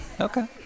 Okay